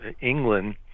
England